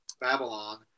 Babylon